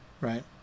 right